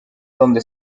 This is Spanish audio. dónde